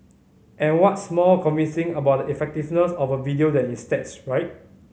and what's more convincing about the effectiveness of a video than its stats right